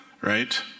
right